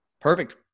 Perfect